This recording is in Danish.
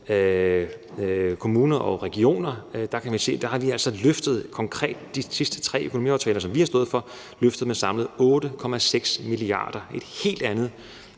kommuner og regioner. Der kan man se, at vi altså konkret i de sidste 3 års økonomiaftaler, som vi har stået for, har løftet med samlet 8,6 mia. kr. Det er et helt andet